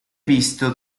visto